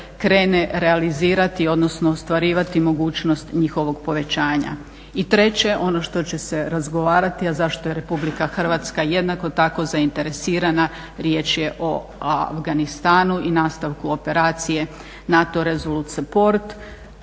krene realizirati odnosno ostvarivati mogućnost njihovog povećanja. I treće, ono što će se razgovarati, a zašto je Republika Hrvatska jednako tako zainteresirana, riječ je o Afganistanu i nastavku operacije NATO resolut report.